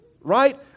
Right